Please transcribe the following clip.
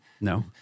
no